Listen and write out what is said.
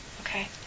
Okay